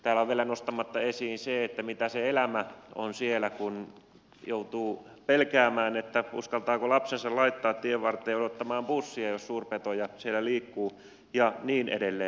täällä on vielä nostamatta esiin se mitä se elämä on siellä kun joutuu pelkäämään uskaltaako lapsensa laittaa tienvarteen odottamaan bussia jos suurpetoja siellä liikkuu ja niin edelleen